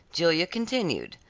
julia continued,